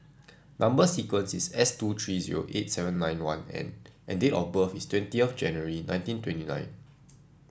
number sequence is S two three zero eight seven nine one N and date of birth is twentieth of January nineteen twenty nine